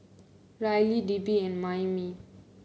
Rylie Debbi and Mayme